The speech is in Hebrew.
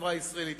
בחברה הישראלית.